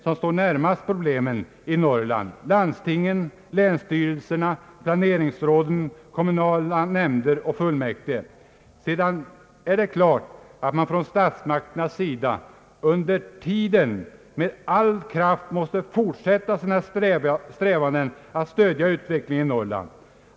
som står närmast problemen i Norrland — landstingen, länsstyrelserna, planeringsråden, kommunala nämnder och fullmäktige. Sedan är det klart att statsmakterna under tiden med all kraft måste fortsätta sina strävanden att stödja utvecklingen i Norrland.